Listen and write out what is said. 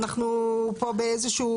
אנחנו פה באיזה שהוא